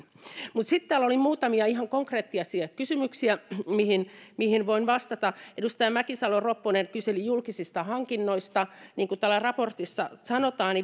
mutta sitten täällä oli muutamia ihan konkreettisia kysymyksiä mihin mihin voin vastata edustaja mäkisalo ropponen kyseli julkisista hankinnoista niin kuin täällä raportissa sanotaan